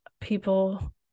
people